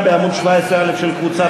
17א, של קבוצת